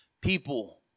people